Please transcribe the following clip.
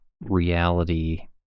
reality